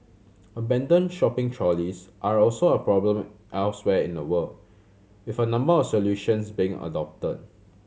abandoned shopping trolleys are also a problem elsewhere in the world with a number of solutions being adopted